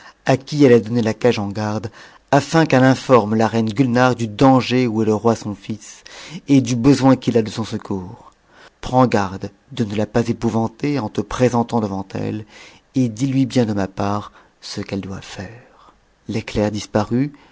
à qui elle a donn la cage en garde afin qu'elle informe la reine gulnare du danger où est le roi son fils et du besoin qu'il a de son secours prends garde de n ta pas épouvanter en te présentant devant elle et dis-lui bien de ma par ce qu'elle doit faire a l'ëciair disparut